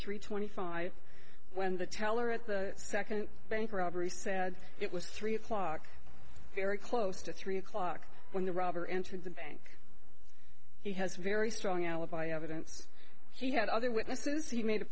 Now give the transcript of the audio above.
three twenty five when the teller at the second bank robbery said it was three o'clock very close to three o'clock when the robber entered the bank he has very strong alibi evidence he had other witnesses he made a